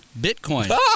Bitcoin